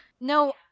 No